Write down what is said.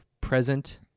present